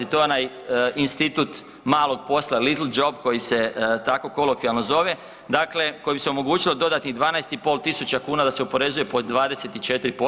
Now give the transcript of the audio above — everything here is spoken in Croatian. To je onaj institut malog posla, little job koji se tako kolokvijalno zove, dakle kojim bi se omogućilo dodatnih 12.500 kuna da se oporezuje po 24%